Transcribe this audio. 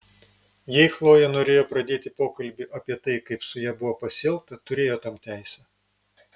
jei chlojė norėjo pradėti pokalbį apie tai kaip su ja buvo pasielgta turėjo tam teisę